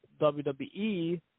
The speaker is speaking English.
WWE